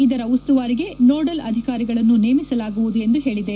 ಇದರ ಉಸ್ತುವಾರಿಗೆ ನೋಡೆಲ್ ಅಧಿಕಾರಿಗಳನ್ನು ನೇಮಿಸಲಾಗುವುದು ಎಂದು ಪೇಳಿದೆ